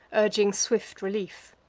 urging swift relief.